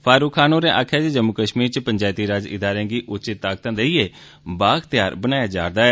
फारूक खान होरें आखेआ ऐ जम्मू कश्मीर च पंचैती राज इदारें गी उचित ताकतां देइयै बा अख्तियार बनाया जा रदा ऐ